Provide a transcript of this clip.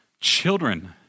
children